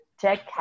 check